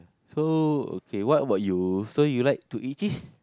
so okay what about you so you like to eat this